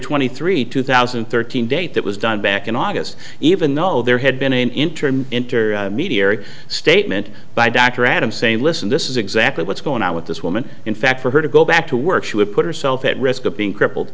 and three two thousand and thirteen date that was done back in august even though there had been an interim enter a statement by dr adams saying listen this is exactly what's going on with this woman in fact for her to go back to work she would put herself at risk of being crippled